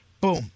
boom